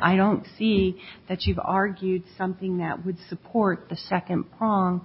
i don't see that you've argued something that would support the second prong